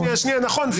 נכון.